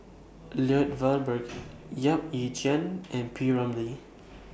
Lloyd Valberg Yap Ee Chian and P Ramlee